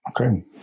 Okay